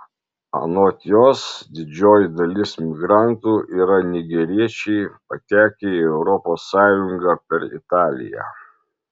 anot jos didžioji dalis migrantų yra nigeriečiai patekę į europos sąjungą per italiją